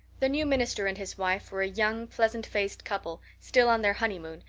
the new minister and his wife were a young, pleasant-faced couple, still on their honeymoon,